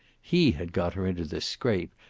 he had got her into this scrape,